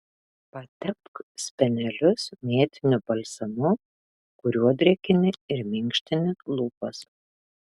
patepk spenelius mėtiniu balzamu kuriuo drėkini ir minkštini lūpas